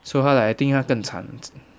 so 她 like I think 她更惨